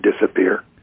disappear